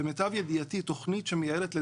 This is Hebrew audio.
למיטב ידיעתי, תוכנית שמייעדת לדרך,